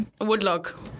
Woodlock